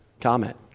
comment